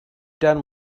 done